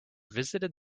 visited